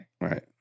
Right